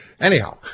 Anyhow